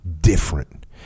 different